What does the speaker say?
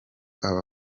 aba